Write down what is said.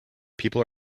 people